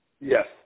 Yes